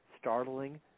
startling